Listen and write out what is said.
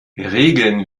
regeln